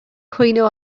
cwyno